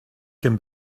can